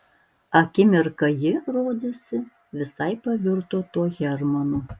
akimirką ji rodėsi visai pavirto tuo hermanu